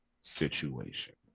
situation